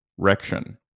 Rection